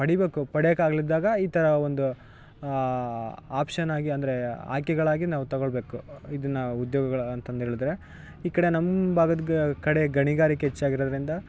ಪಡಿಬೇಕು ಪಡಿಯೋಕಾಗ್ಲಿದ್ದಾಗ ಈ ಥರ ಒಂದು ಆಪ್ಷನ್ ಆಗಿ ಅಂದರೆ ಆಯ್ಕೆಗಳಾಗಿ ನಾವು ತಗೊಳ್ಬೇಕು ಇದನ್ನ ಉದ್ಯೋಗಗಳು ಅಂತಂದೇಳಿದರೆ ಈ ಕಡೆ ನಮ್ಮ ಭಾಗದ ಕಡೆ ಗಣಿಗಾರಿಕೆ ಹೆಚ್ಚಾಗಿರೋದ್ರಿಂದ